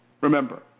Remember